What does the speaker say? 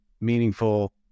meaningful